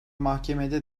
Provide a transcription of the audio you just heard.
mahkemede